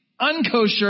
unkosher